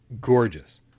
gorgeous